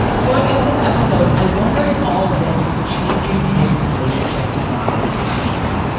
going into this episode, i wondered if all of this was changing kids' relationship to bodily functions.